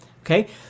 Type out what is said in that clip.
Okay